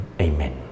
Amen